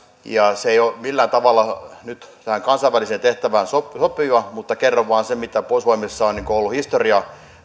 se ei ole millään tavalla nyt näihin kansainvälisiin tehtäviin sopiva mutta kerron vain sen mitä puolustusvoimissa on ollut historian